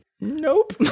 Nope